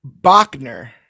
Bachner